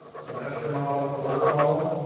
semester model, quarter model,